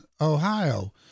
Ohio